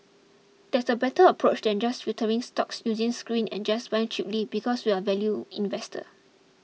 that's a better approach than just filtering stocks using screens and just buying cheaply because we're value investors